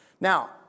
Now